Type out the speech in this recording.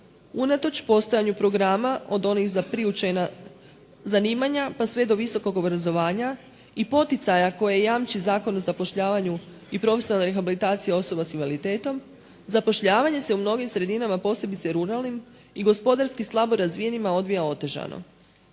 Unatoč postojanju programa od onih za priučena zanimanja pa sve do visokog obrazovanja i poticaja koje jamči Zakon o zapošljavanju i profesionalne rehabilitacije osoba s invaliditetom zapošljavanje se u mnogim sredinama posebice ruralnim i gospodarski slabo razvijenima odvija otežano.